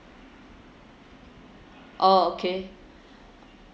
orh okay